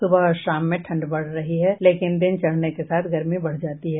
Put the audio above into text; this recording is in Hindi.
सुबह और शाम में ठंड बढ़ रही है लेकिन दिन चढ़ने के साथ गर्मी बढ़ जाती है